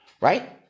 Right